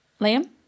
Liam